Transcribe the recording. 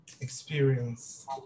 experience